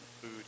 food